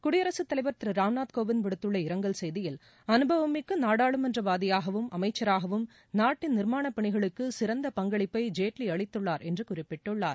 குடியரசுத் தலைவர் திரு ராம் நாத் கோவிந்த் விடுத்துள்ள இரங்கல் செய்தியில் அனுபவமிக்க நாடாளுமன்றவாதியாகவும் அமைச்சராகவும் நாட்டின் நிர்மாணப் பணிகளுக்கு சிறந்த பங்களிப்பை ஜேட்லி அளித்துள்ளார் என்று குறிப்பிட்டுள்ளார்